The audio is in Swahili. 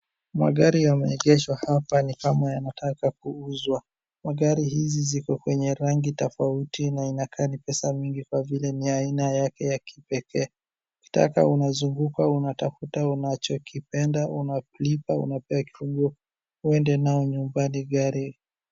Magari yameegeshwa hapa ni kama yanataka kuuzwa Magari hizi ziko kwenye rangi tofauti na inakaa ni pesa mingi kwa vile ni aina yake ya kipekee. Ukitaka unazunguka unatafuta unachokipenda unalipa unapewa kifunguo uende nayo nyumbani gari.